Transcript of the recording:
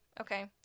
okay